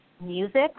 music